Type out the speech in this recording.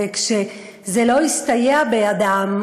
וכשזה לא הסתייע בידם,